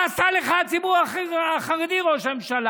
מה עשה לך הציבור החרדי, ראש הממשלה?